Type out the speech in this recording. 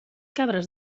cabres